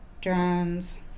drones